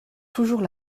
toujours